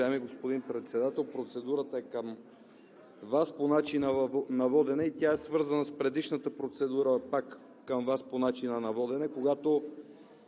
господин Председател! Процедурата ми е към Вас по начина на водене и тя е свързана с предишната процедура пак към Вас по начина на водене, когато